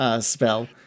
Spell